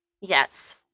Yes